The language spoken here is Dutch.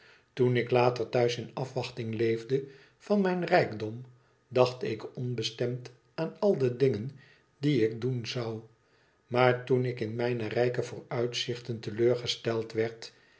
toen ik later thuis in afwachting leefde van mijn rijkdom dacht ik onbestemd aan al de dingen die ik doen zou maar toen ik in mijne rijke vooruitzichten te leur gesteld werd